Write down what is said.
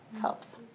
helps